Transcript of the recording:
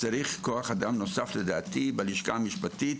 צריך כוח אדם נוסף בלשכה המשפטית.